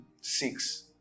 six